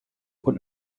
und